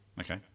Okay